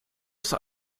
ist